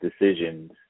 decisions